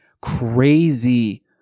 crazy